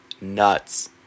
nuts